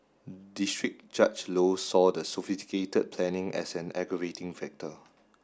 district Judge Low saw the sophisticated planning as an aggravating factor